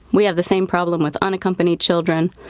we have the same problem with unaccompanied children.